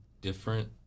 different